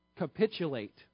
Capitulate